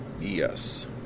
yes